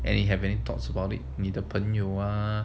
and you have any thoughts about it 你的朋友啊